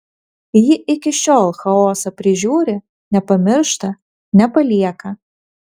ji iki šiol chaosą prižiūri nepamiršta nepalieka